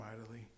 mightily